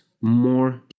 more